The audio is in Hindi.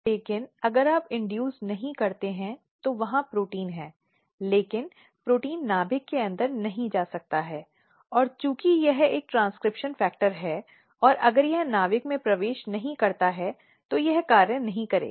लेकिन अगर आप इन्डयूस नहीं करते हैं तो वहां प्रोटीन है लेकिन प्रोटीन नाभिक के अंदर नहीं जा सकता है और चूंकि यह एक ट्रांसक्रिप्शन फैक्टर है और अगर यह नाभिक में प्रवेश नहीं करता है तो यह कार्य नहीं करेगा